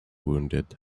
wounded